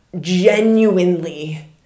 genuinely